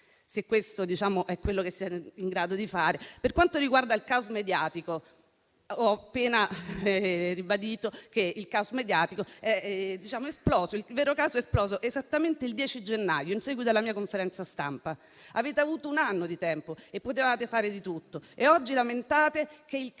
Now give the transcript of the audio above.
Questo è quello che siete in grado di fare? Per quanto riguarda il caos mediatico, ho appena ribadito che il vero caso è esploso esattamente il 10 gennaio, in seguito alla mia conferenza stampa. Avete avuto un anno di tempo, potevate fare di tutto e oggi lamentate che il